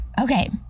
okay